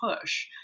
push